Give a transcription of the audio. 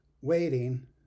waiting